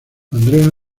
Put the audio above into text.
andrea